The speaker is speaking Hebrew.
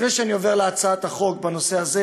לפני שאני עובר להצעת החוק בנושא הזה